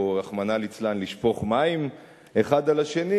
רחמנא ליצלן לשפוך מים האחד על השני,